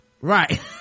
Right